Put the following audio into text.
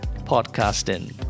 podcasting